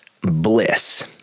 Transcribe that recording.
Bliss